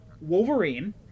Wolverine